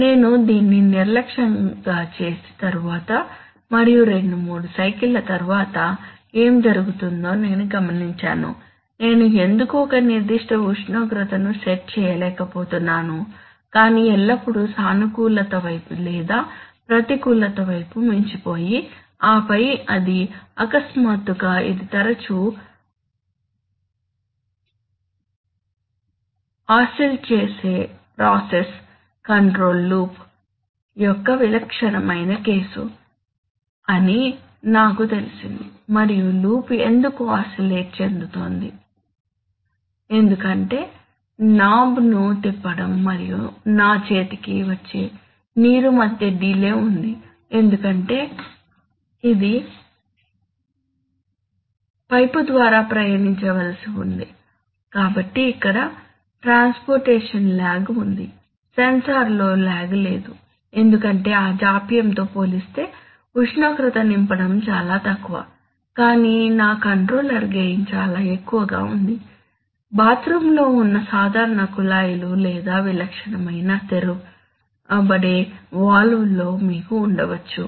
నేను దీన్ని నిర్లక్ష్యంగా చేసిన తరువాత మరియు రెండు మూడు సైకిల్ ల తరువాత ఏమి జరుగుతుందో నేను గమనించాను నేను ఎందుకు ఒక నిర్దిష్ట ఉష్ణోగ్రతను సెట్ చేయలేకపోతున్నాను కానీ ఎల్లప్పుడూ సానుకూలత వైపు లేదా ప్రతికూలత వైపు మించిపోయి ఆపై అది అకస్మాత్తుగా ఇది తరచూ ఆసిల్ట్ చేసే ప్రాసెస్ కంట్రోల్ లూప్ యొక్క విలక్షణమైన కేసు అని నాకు తెలిసింది మరియు లూప్ ఎందుకు ఆసిలేట్ చెందుతోంది ఎందుకంటే నాబ్ను తిప్పడం మరియు నా చేతికి వచ్చే నీరు మధ్య డిలే ఉంది ఎందుకంటే ఇది పైపు ద్వారా ప్రయాణించవలసి ఉంది కాబట్టి ఇక్కడ ట్రాన్స్పోర్టేషన్ లాగ్ ఉంది సెన్సార్లో లాగ్ లేదు ఎందుకంటే ఆ జాప్యంతో పోలిస్తే ఉష్ణోగ్రత నింపడం చాలా తక్కువ కానీ నా కంట్రోలర్ గెయిన్ చాలా ఎక్కువగా ఉంది బాత్రూంలో ఉన్న సాధారణ కుళాయిలు లేదా విలక్షణమైన తెరువబడే వాల్వ్లో మీకు ఉండవచ్చు